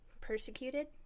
persecuted